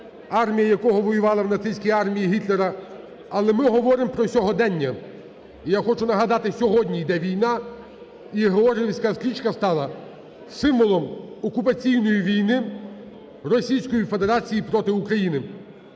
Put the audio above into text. армія якого воювала в нацистській армії Гітлера, але ми говоримо про сьогодення. І я хочу нагадати, сьогодні йде війна і Георгіївська стрічка стала символом окупаційної війни Російської Федерації проти України.